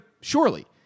surely